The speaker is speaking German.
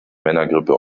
männergrippe